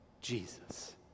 Jesus